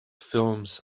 films